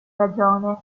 ragione